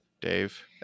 Dave